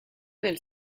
del